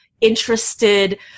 interested